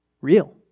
real